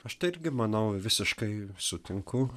aš tai irgi manau visiškai sutinku